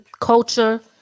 culture